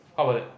how bout that